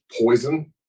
poison